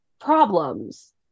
problems